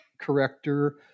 corrector